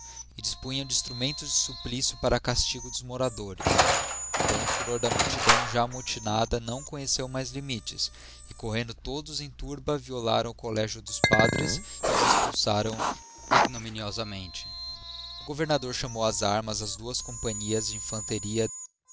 e dispunham de instrumentos de supplicio para castigo dos moradores então o furor da multidão já amotinada não conheceu mais limites e correndo todos em turba violaram o collegio dos padres e os expulsaram ignominiosamente o governador chamou ás armas as duas companhias de infanteria